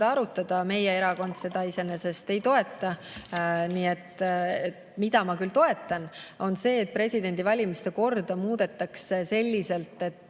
arutada. Meie erakond seda iseenesest ei toeta. Mida ma toetan, on see, et presidendi valimise korda muudetaks selliselt, et